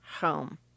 home